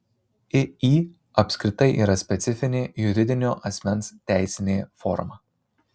iį apskritai yra specifinė juridinio asmens teisinė forma